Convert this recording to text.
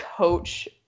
Coach